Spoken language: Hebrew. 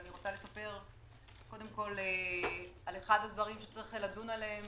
אני רוצה לספר קודם כול על אחד הדברים שצריך לדון עליהם,